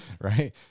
right